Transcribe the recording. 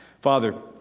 Father